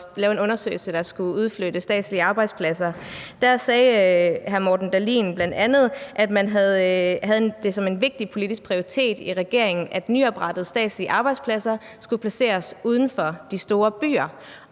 at lave en undersøgelse af udflytning af statslige arbejdspladser. Da sagde hr. Morten Dahlin bl.a., at man havde det som en vigtig politisk prioritet i regeringen, at nyoprettede statslige arbejdspladser skulle placeres uden for de store byer.